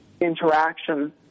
interaction